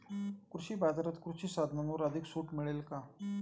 कृषी बाजारात कृषी साधनांवर अधिक सूट मिळेल का?